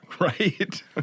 right